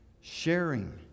sharing